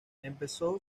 empezó